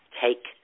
take